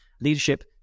leadership